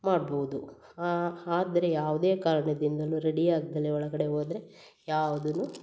ಮಾಡ್ಬೌದು ಆದರೆ ಯಾವುದೇ ಕಾರಣದಿಂದನು ರೆಡಿ ಆಗ್ದೆಲೆ ಒಳಗಡೆ ಹೋದ್ರೆ ಯಾವುದನ್ನು